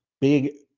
Big